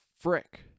Frick